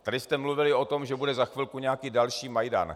Tady jste mluvili o tom, že bude za chvilku nějaký další Majdan.